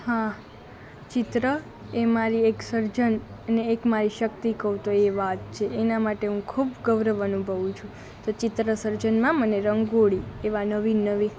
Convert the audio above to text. હા ચિત્ર એ મારી એક સર્જન અને એક મારી શક્તિ કહું તો એ વાત છે એના માટે હું ખૂબ ગૌરવ અનુભવું છું તો ચિત્ર સર્જનમાં મને રંગોળી એવાં નવીન નવીન